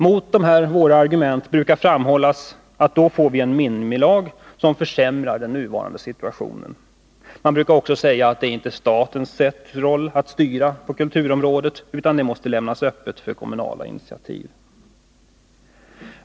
Mot dessa våra argument brukar framhållas att vi, om ett sådant förslag genomförs, får en minimilag, som försämrar den nuvarande situationen. Man brukar också säga att det inte är statens sak att styra på kulturområdet, utan det måste lämnas öppet för kommunala initiativ.